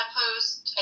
post